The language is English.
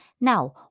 Now